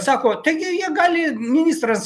sako taigi jie gali ministras